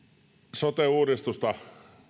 sote uudistusta